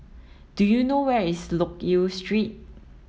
do you know where is Loke Yew Street